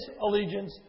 allegiance